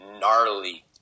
gnarly